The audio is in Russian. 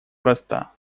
проста